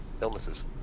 illnesses